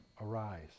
Arise